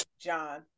John